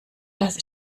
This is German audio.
dass